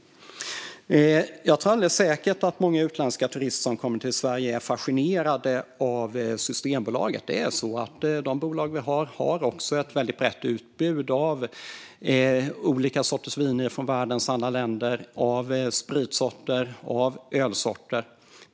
Jag tror alldeles säkert att många utländska turister som kommer till Sverige är fascinerade av Systembolaget, som har ett brett utbud av olika sorters viner från världens alla länder, av spritsorter och av ölsorter.